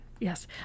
Yes